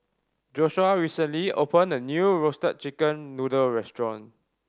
Joshua recently opened a new Roasted Chicken Noodle restaurant